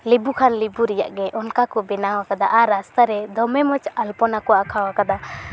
ᱞᱮᱵᱩ ᱠᱷᱟᱱ ᱞᱮᱵᱩ ᱨᱮᱭᱟᱜ ᱜᱮ ᱚᱱᱠᱟ ᱠᱚ ᱵᱮᱱᱟᱣᱟᱠᱟᱫᱟ ᱟᱨ ᱨᱟᱥᱛᱟ ᱨᱮ ᱫᱚᱢᱮ ᱢᱚᱡᱽ ᱟᱞᱯᱚᱱᱟ ᱠᱚ ᱟᱸᱠᱟᱣ ᱟᱠᱟᱫᱟ